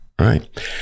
right